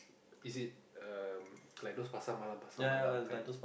is it um like those pasar malam pasar malam kind